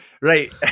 right